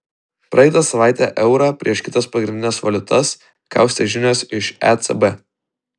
praeitą savaitę eurą prieš kitas pagrindines valiutas kaustė žinios iš ecb